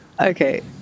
Okay